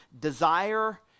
desire